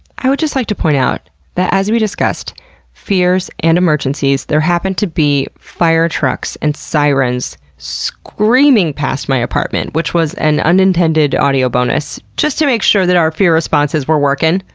i would just like to point out that as we discussed fears and emergencies, there happen to be fire trucks and sirens screaming past my apartment which was an unintended audio bonus, just to make sure that our fear responses were working.